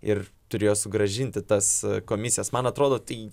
ir turėjo sugrąžinti tas komisijas man atrodo tai